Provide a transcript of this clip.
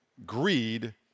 Greed